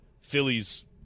Phillies